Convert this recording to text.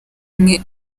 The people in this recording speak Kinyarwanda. imwe